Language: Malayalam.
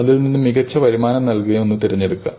അതിൽനിന്നു മികച്ച വരുമാനം നൽകുന്ന ഒന്ന് തിരഞ്ഞെടുക്കുക